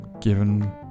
given